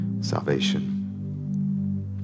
salvation